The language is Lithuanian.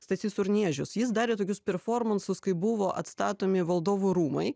stasys urniežius jis darė tokius performansus kai buvo atstatomi valdovų rūmai